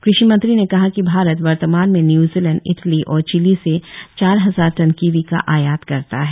क़षिमंत्री ने कहा कि भारत वर्तमान में न्यूजीलैंड इटली और चिली से चार हजार टन कीवी का आयात करता है